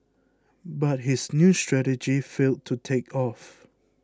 but his new strategy failed to take off